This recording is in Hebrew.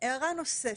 הערה נוספת,